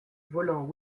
volant